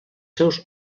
seus